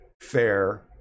fair